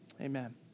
Amen